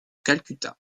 calcutta